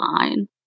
line